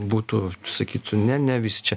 būtų sakytų ne ne visi čia